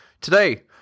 Today